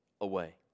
away